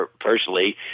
personally